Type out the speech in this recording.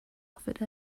offered